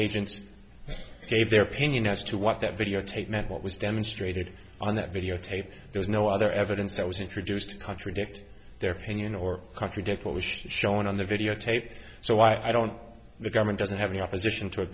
agencies gave their opinion as to what that videotape meant what was demonstrated on that videotape there was no other evidence that was introduced to contradict their opinion or contradict what was shown on the videotape so i don't the government doesn't have any opposition to it